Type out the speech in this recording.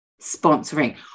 sponsoring